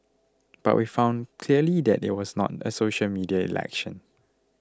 but we've found clearly that it was not a social media election